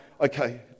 okay